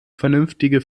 vernünftige